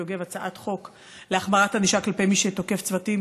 יוגב הצעת חוק להחמרת ענישה כלפי מי שתוקף צוותי